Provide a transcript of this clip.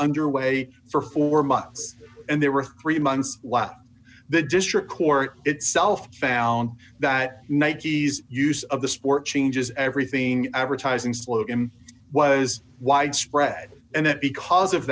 underway for four months and there were three months while the district court itself found that ninety's use of the sport changes everything advertising slogan was widespread and that because of